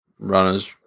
Runners